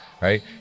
right